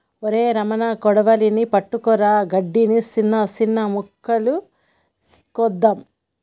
ఒరై రమణ కొడవలి పట్టుకురా గడ్డిని, సిన్న సిన్న మొక్కలు కోద్దాము